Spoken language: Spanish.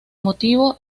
motivo